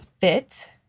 fit